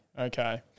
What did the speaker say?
Okay